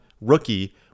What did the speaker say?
rookie